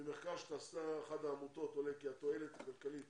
ממחקר שעשתה אחת העמותות עולה כי התועלת הכלכלית